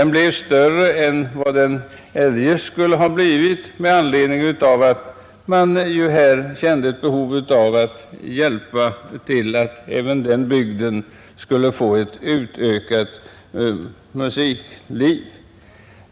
Den blev större än vad den eljest skulle ha blivit med anledning av att man här kände ett behov av att hjälpa till så att även den bygden skulle få tillgång till ett musikliv.